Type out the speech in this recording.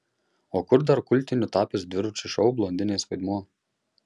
o kur dar kultiniu tapęs dviračio šou blondinės vaidmuo